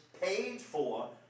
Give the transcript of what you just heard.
paid-for